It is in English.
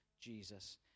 Jesus